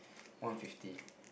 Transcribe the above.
one fifty